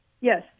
Yes